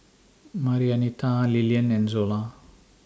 Marianita Lillian and Zola